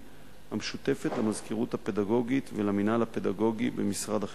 המשותפת למזכירות הפדגוגית ולמינהל הפדגוגי במשרד החינוך,